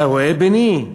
אתה רואה, בני,